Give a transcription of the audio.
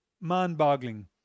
mind-boggling